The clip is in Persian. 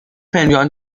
فنجان